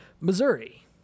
Missouri